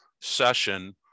session